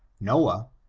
noah,